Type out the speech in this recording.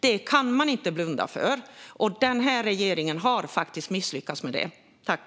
Detta kan man inte blunda för. Denna regering har misslyckats med det här.